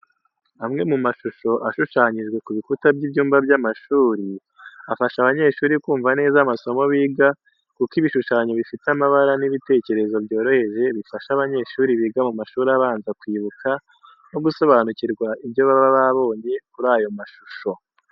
Amwe mu mashusho ashushanyijwe ku bikuta by'ibyumba by'amashuri, afasha abanyeshuri kumva neza amasomo biga kuko ibishushanyo bifite amabara n'ibitekerezo byoroheje, bifasha abanyeshuri biga mu mashuri abanza kwibuka no gusobanukirwa ibyo baba babonye kuri ayo mashusho.